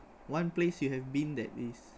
one place you have been that is